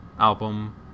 album